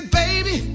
baby